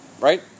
right